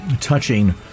touching